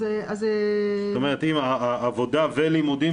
זאת אומרת עבודה ולימודים,